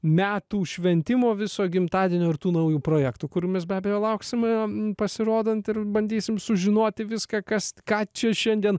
metų šventimo viso gimtadienio ir tų naujų projektų kurių mes be abejo lauksime pasirodant ir bandysim sužinoti viską kas ką čia šiandien